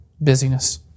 Busyness